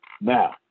now